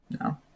no